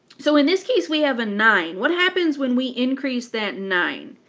so in this case we have a nine. what happens when we increase that nine?